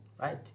right